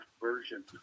version